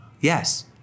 Yes